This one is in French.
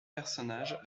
personnages